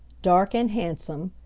dark and handsome,